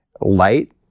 light